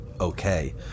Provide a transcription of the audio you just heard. okay